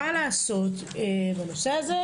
מה לעשות בנושא הזה.